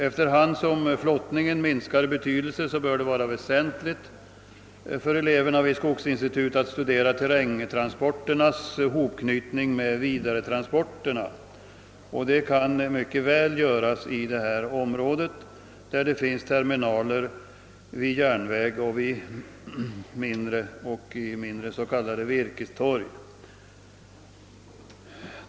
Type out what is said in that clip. Efter hand som flottningen minskar i betydelse bör det vara väsentligt för eleverna vid skogsinstitutet att studera terrängtransporternas hopknytning med vidaretranspor terna. Sådana studier kan mycket väl ske i detta område, där det finns terminaler vid järnväg och vid s.k. virkestorg.